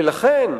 ולכן,